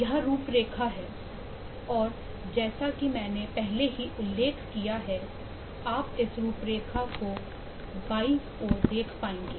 यह रूपरेखा है और जैसा कि मैंने पहले ही उल्लेख किया है आप इस रूपरेखा को बाई और देख पाएंगे